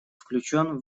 включен